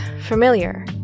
familiar